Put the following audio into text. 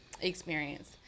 experience